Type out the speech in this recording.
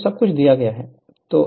तो सब कुछ दिया जाता है